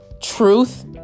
truth